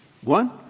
One